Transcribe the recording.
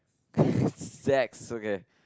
sex okay